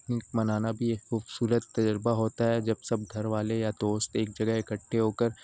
منانا بھی ایک خوبصورت تجربہ ہوتا ہے جب سب گھر والے یا دوست ایک جگہ اکٹھے ہو کر